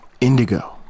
indigo